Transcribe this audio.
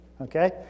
Okay